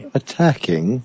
attacking